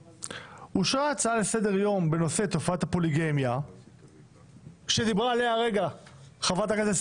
הצעה נוספת לסדר-היום שאושרה היא על החלטה לסגור